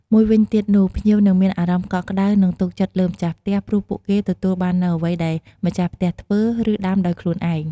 មួយវិញទៀតនោះ ភ្ញៀវនឹងមានអារម្មណ៍កក់ក្ដៅ និងទុកចិត្តលើម្ចាស់ផ្ទះ ព្រោះពួកគេទទួលបាននូវអ្វីដែលម្ចាស់ផ្ទះធ្វើ ឬដាំដោយខ្លួនឯង។